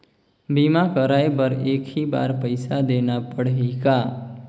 बीमा कराय बर एक ही बार पईसा देना पड़ही का?